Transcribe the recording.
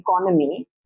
economy